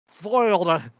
foiled